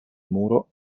muro